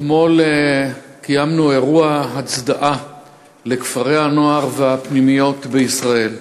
אתמול קיימנו אירוע הצדעה לכפרי-הנוער והפנימיות בישראל.